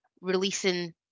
releasing